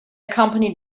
company